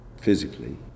physically